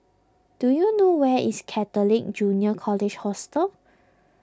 do you know where is Catholic Junior College Hostel